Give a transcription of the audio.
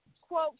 quote